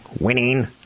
Winning